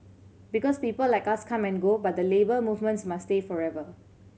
because people like us come and go but the Labour Movements must stay forever